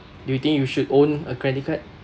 do you think you should own a credit card